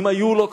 אם היו לו כאלה.